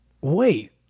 Wait